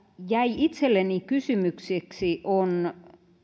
jäi itselleni kysymykseksi on